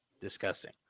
Disgusting